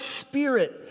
spirit